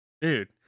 dude